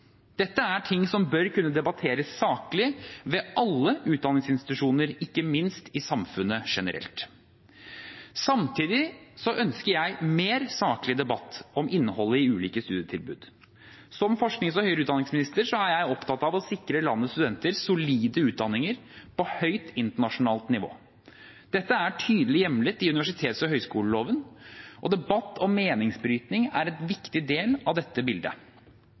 Dette er ting som bør kunne debatteres saklig ved alle utdanningsinstitusjoner og ikke minst i samfunnet generelt. Samtidig ønsker jeg mer saklig debatt om innholdet i ulike studietilbud. Som forsknings- og høyere utdanningsminister er jeg opptatt av å sikre landets studenter solide utdanninger på høyt internasjonalt nivå. Dette er tydelig hjemlet i universitets- og høyskoleloven, og debatt og meningsbrytning er en viktig del av dette bildet.